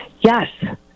yes